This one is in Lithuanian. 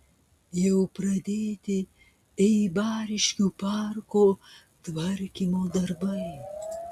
jau pradėti eibariškių parko tvarkymo darbai